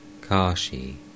Kashi